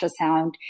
ultrasound